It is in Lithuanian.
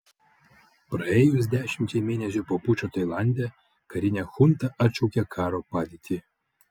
praėjus dešimčiai mėnesių po pučo tailande karinė chunta atšaukė karo padėtį